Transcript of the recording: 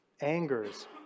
angers